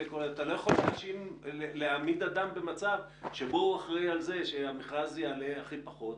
אתה לא יכול להעמיד אדם במצב שבו הוא אחראי על זה שהמכרז יעלה הכי פחות,